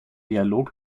dialog